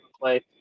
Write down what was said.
play